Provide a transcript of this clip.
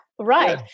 right